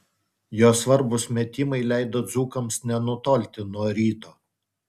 jo svarbūs metimai leido dzūkams nenutolti nuo ryto